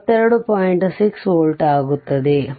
6volt ಆಗುತ್ತದೆ